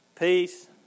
peace